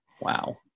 Wow